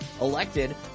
elected